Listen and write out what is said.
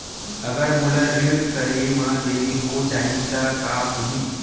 अगर मोला ऋण करे म देरी हो जाहि त का होही?